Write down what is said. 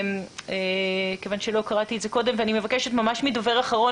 אני מבקשת מהדובר האחרון,